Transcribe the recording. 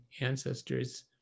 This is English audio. ancestors